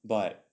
but